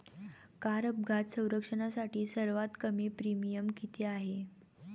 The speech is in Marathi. कार अपघात संरक्षणासाठी सर्वात कमी प्रीमियम किती आहे?